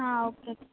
हां ओके